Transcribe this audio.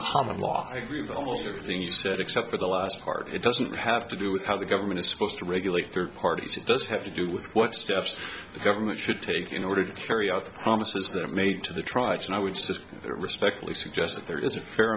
common law i agree with almost everything you said except for the last part it doesn't have to do with how the government is supposed to regulate third parties it does have to do with what steps the government should take in order to carry out the promises that are made to the tribes and i would just as respectfully suggest that there is a fair